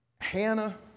Hannah